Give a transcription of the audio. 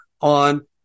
on